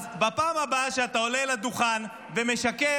אז בפעם הבאה שאתה עולה לדוכן ומשקר,